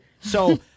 So-